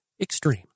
extreme